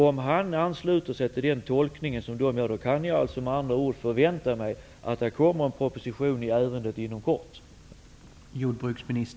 Om han ansluter sig till den tolkning som de gör, kan jag alltså förvänta att det kommer en proposition i ärendet inom kort.